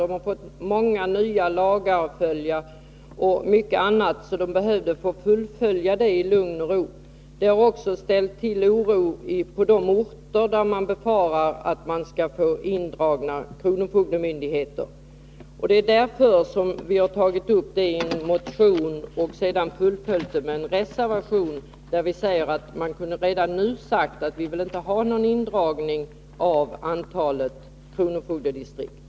De har också fått många nya lagar att följa och behöver arbeta i lugn och ro. Oro har också uppstått på de orter där man befarar indragning av kronofogdemyndigheten. Det är därför vi har tagit upp den här frågan i en motion, som vi följt upp med en reservation, där vi sagt att vi inte vill ha någon minskning av antalet Nr 124